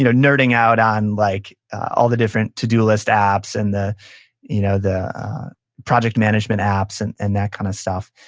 you know nerding out on like all the different to-do list apps, and the you know the project management apps, and and that kind of stuff.